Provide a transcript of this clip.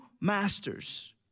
masters